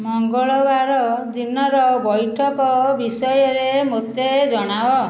ମଙ୍ଗଳବାର ଦିନର ବୈଠକ ବିଷୟରେ ମୋତେ ଜଣାଅ